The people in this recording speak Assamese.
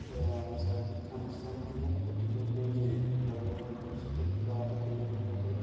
শিক্ষানুষ্ঠানসমূহ অতিকৈ প্ৰয়োজনীয় আৰু ভৱিষ্যতে কিবা এটা কৰিবৰ বাবে